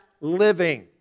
living